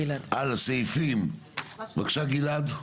בבקשה, גלעד.